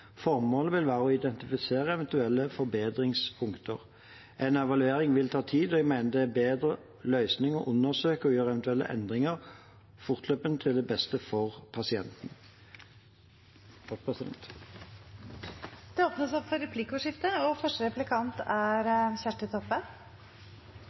Formålet vil være å identifisere eventuelle forbedringspunkter. En evaluering vil ta tid, og jeg mener det er en bedre løsning å undersøke og gjøre eventuelle endringer fortløpende, til det beste for pasienten.